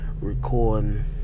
recording